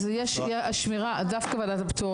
יש שמירה, דווקא ועדת הפטור.